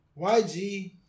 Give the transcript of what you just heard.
YG